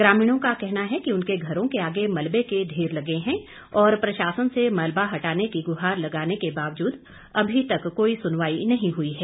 ग्रामीणों का कहना है कि उनके घरों के आगे मलबे के ढेर लगे हैं और प्रशासन से मलबा हटाने की गुहार लगाने के बावजूद अभी तक कोई सुनवाई नहीं हुई है